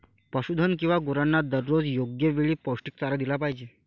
पशुधन किंवा गुरांना दररोज योग्य वेळी पौष्टिक चारा दिला पाहिजे